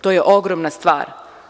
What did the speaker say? To je ogromna stvar.